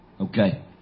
Okay